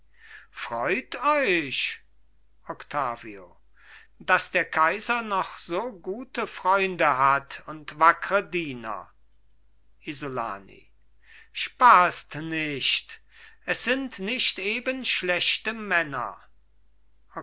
freut euch octavio daß der kaiser noch so gute freunde hat und wackre diener isolani spaßt nicht es sind nicht eben schlechte männer